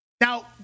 Now